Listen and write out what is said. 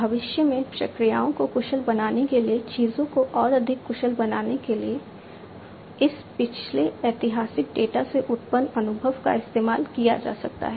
भविष्य में प्रक्रियाओं को कुशल बनाने के लिए चीजों को और अधिक कुशल बनाने के लिए इस पिछले ऐतिहासिक डेटा से उत्पन्न अनुभव का इस्तेमाल किया जा सकता है